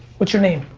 what's your name?